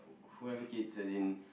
who have kids as in